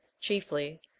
chiefly